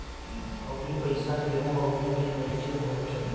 अउरी पईसा केहु अउरी के नइखे पहुचत